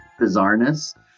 bizarreness